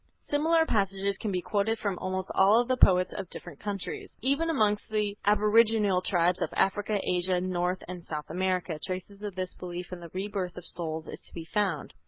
similar passages can be quoted from almost all the poets of different countries. even amongst the aboriginal tribes of africa, asia, north and south america, traces of this belief in the rebirth of souls is to be found.